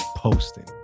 Posting